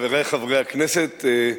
חברי חברי הכנסת,